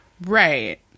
Right